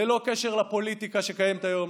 ללא קשר לפוליטיקה שקיימת היום,